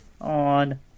on